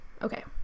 Okay